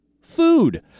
food